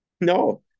No